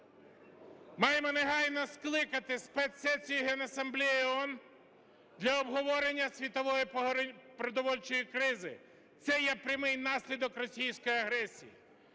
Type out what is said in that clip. Маємо негайно скликати спецсесію Генасамблеї ООН для обговорення світової продовольчої кризи. Це є прямий наслідок російської агресії.